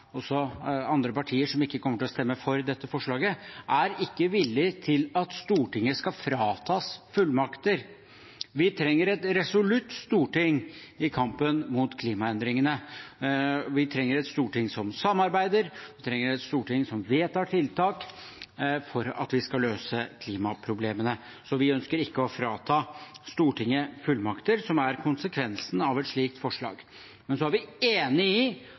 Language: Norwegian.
også gjelder andre partier som ikke kommer til å stemme for dette forslaget, er ikke villige til at Stortinget skal fratas fullmakter. Vi trenger et resolutt storting i kampen mot klimaendringene. Vi trenger et storting som samarbeider. Vi trenger et storting som vedtar tiltak for at vi skal løse klimaproblemene. Så vi ønsker ikke å frata Stortinget fullmakter, som er konsekvensen av et slikt forslag. Men vi er enig i